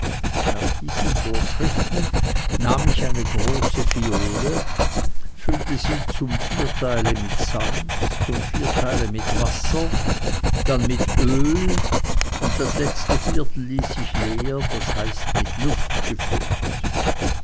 nach diesen vorschriften nahm ich eine große phiole füllte sie zum vierteile mit sand zum vierteile mit wasser dann mit öl und das letzte vierteil ließ ich leer das heißt mit luft gefüllt